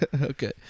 Okay